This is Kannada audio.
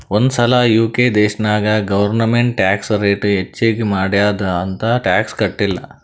ಒಂದ್ ಸಲಾ ಯು.ಕೆ ದೇಶನಾಗ್ ಗೌರ್ಮೆಂಟ್ ಟ್ಯಾಕ್ಸ್ ರೇಟ್ ಹೆಚ್ಚಿಗ್ ಮಾಡ್ಯಾದ್ ಅಂತ್ ಟ್ಯಾಕ್ಸ ಕಟ್ಟಿಲ್ಲ